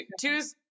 two's